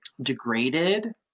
degraded